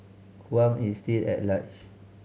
Huang is still at large